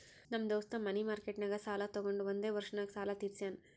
ನಮ್ ದೋಸ್ತ ಮನಿ ಮಾರ್ಕೆಟ್ನಾಗ್ ಸಾಲ ತೊಗೊಂಡು ಒಂದೇ ವರ್ಷ ನಾಗ್ ಸಾಲ ತೀರ್ಶ್ಯಾನ್